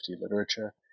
literature